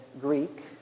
Greek